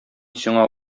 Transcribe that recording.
сиңа